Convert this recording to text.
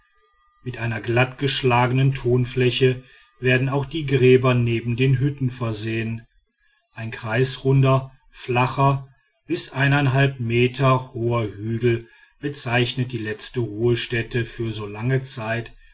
mit einer glattgeschlagenen tonfläche werden auch die gräber neben den hütten versehen ein kreisrunder flacher bis eineinhalb meter hoher hügel bezeichnet die letzte ruhestätte für so lange zeit